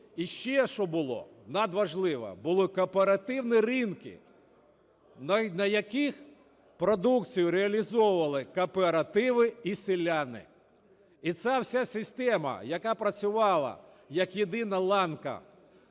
І ще, що було надважливо, були кооперативні ринки, на яких продукцію реалізовували кооперативи і селяни. І ця вся система, яка працювала як єдина ланка